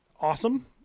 awesome